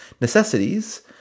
necessities